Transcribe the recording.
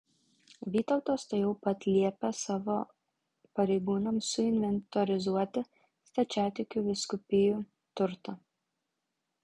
vytautas tuojau pat liepė savo pareigūnams suinventorizuoti stačiatikių vyskupijų turtą